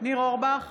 ניר אורבך,